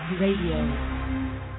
Radio